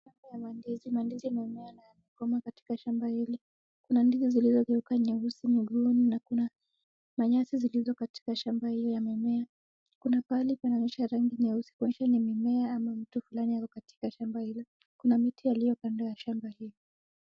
Kuna ya ndizi na mimea katika shamba hili. Kuna ndizi zilizogeuka nyeusi miguuni na kuna manyasi zilizokatika shamba hiyo ya mimea. Kuna pahali panaonyesha rangi nyeusi kuonyesha ni mimea ama mtu fulani ako katika shamba hilo. Kuna miti iliyokando ya shamba hii.